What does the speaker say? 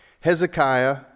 Hezekiah